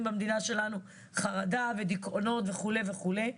במדינה שלנו חרדה ודיכאונות וכולי וכולי,